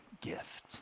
gift